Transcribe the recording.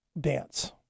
dance